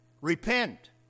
repent